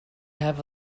have